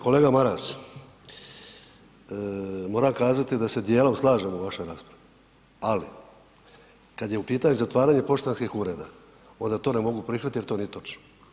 Kolega Maras, moram kazati da se dijelom slažemo vašoj raspravi, ali kad je u pitanju zatvaranje poštanskih ureda onda to ne mogu prihvatit jer to nije točno.